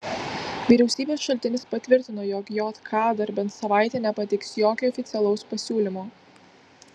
vyriausybės šaltinis patvirtino jog jk dar bent savaitę nepateiks jokio oficialaus pasiūlymo